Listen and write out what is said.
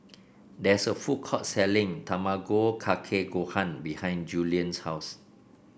there is a food court selling Tamago Kake Gohan behind Julian's house